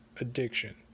addiction